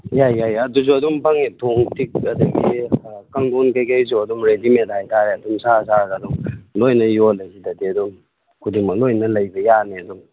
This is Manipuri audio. ꯌꯥꯏ ꯌꯥꯏ ꯑꯗꯨꯁꯨ ꯑꯗꯨꯝ ꯄꯪꯉꯤ ꯊꯣꯡ ꯇꯤꯛ ꯑꯗꯒꯤ ꯀꯥꯡꯊꯣꯟ ꯀꯩꯀꯩꯁꯨ ꯑꯗꯨꯝ ꯔꯦꯗꯤꯃꯦꯗ ꯍꯥꯏꯇꯥꯔꯦ ꯑꯗꯨꯝ ꯁꯥꯔ ꯁꯥꯔꯒ ꯑꯗꯨꯝ ꯂꯣꯏꯅ ꯌꯣꯜꯂꯦ ꯁꯤꯗꯗꯤ ꯑꯗꯨꯝ ꯈꯨꯗꯤꯡꯃꯛ ꯂꯣꯏꯅ ꯂꯩꯕ ꯌꯥꯔꯅꯤ ꯑꯗꯨꯝ